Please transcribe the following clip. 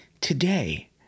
today